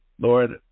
Lord